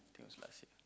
I think it was last year